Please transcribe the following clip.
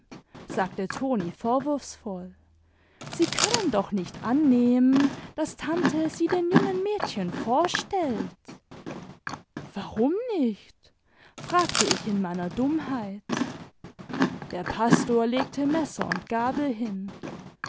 sagte toni vorwurfsvoll sie können doch nicht annehmen daß tante sie den jungen mädchen vorstellt warum nicht fragte ich in meiner dummheit der pastor legte messer und gabel hin